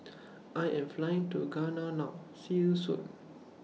I Am Flying to Ghana now See YOU Soon